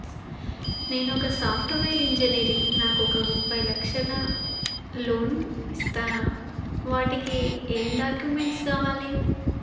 నేను ఒక software engineer నాకు ఒక ముప్పై లక్షల లోన్ ఇస్తరా? వాటికి ఏం డాక్యుమెంట్స్ కావాలి?